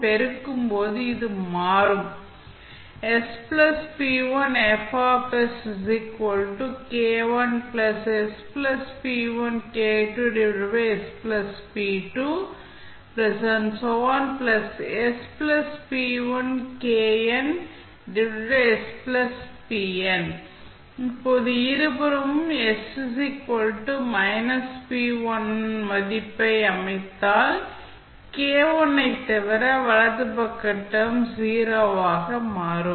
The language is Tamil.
பெருக்கும்போது இது மாறும் இப்போது இருபுறமும் s −p1 இன் மதிப்பை அமைத்தால் k1 ஐத் தவிர வலது பக்க டெர்ம்ஸ் 0 ஆக மாறும்